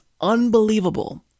unbelievable